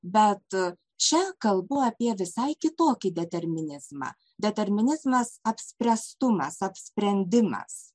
bet čia kalbu apie visai kitokį determinizmą determinizmas apspręstumas apsprendimas